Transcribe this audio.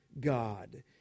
God